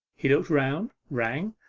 he looked round, rang,